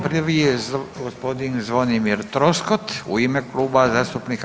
Prvi je gospodin Zvonimir Troskot u ime Kluba zastupnika